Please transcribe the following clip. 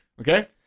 Okay